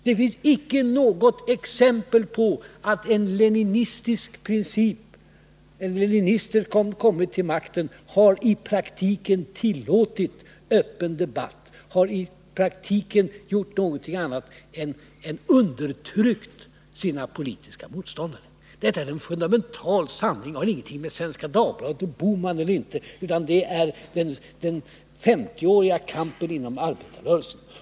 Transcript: Det finns icke något exempel på att leninister som kommit till makten har i praktiken tillåtit öppen debatt, har i praktiken gjort någonting annat än undertryckt sina politiska motståndare. Detta är en fundamental sanning och har ingenting med Svenska Dagbladet och Gösta Bohman att göra, utan det är den 50-åriga kampen inom arbetarrörelsen.